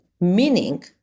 meaning